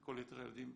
כל יתר הילדים,